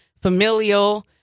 familial